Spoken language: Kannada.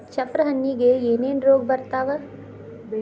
ಚಪ್ರ ಹಣ್ಣಿಗೆ ಏನೇನ್ ರೋಗ ಬರ್ತಾವ?